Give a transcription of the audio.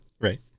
Right